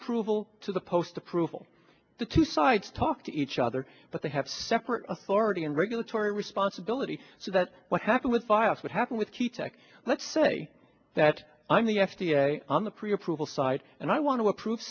approval to the post approval the two sides talk to each other but they have separate authority and regulatory responsibility so that what happened with bias would happen with t tech let's say that i'm the f d a on the pre approval side and i want to approve